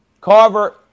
Carver